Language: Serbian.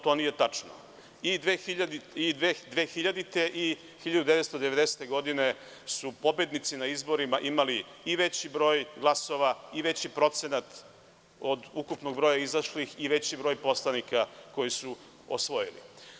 To nije tačno i 2000-te godine i 1990. godine su pobednici na izborima imali i veći broj glasova i veći procenat od ukupnog broja izašlih i veći broj poslanika koji su osvojili.